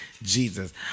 Jesus